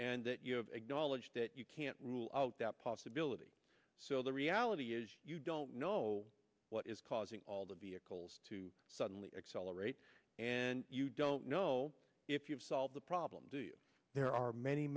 acknowledged that you can't rule out that possibility so the reality is you don't know what is causing all the vehicles to suddenly accelerate and you don't know if you've solved the problem do there are many